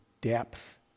depth